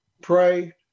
pray